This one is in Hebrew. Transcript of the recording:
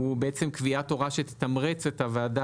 הוא בעצם קביעת הוראה שתתמרץ את הוועדה